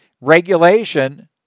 Regulation